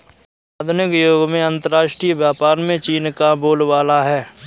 आधुनिक युग में अंतरराष्ट्रीय व्यापार में चीन का बोलबाला है